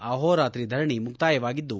ಅಹೋರಾತ್ರಿ ಧರಣಿ ಮುಕ್ತಾಯವಾಗಿದ್ದು